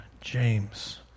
James